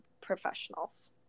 professionals